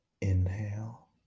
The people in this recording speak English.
Inhale